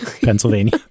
Pennsylvania